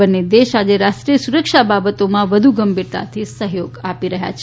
બંને દેશોઆજે રાષ્રીનોય સુરક્ષા બાબતોમાં વધુ ગંભીરતાથી સહયોગ આપી રહ્યા છે